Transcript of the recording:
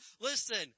listen